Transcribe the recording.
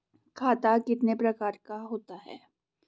खाता कितने प्रकार का होता है?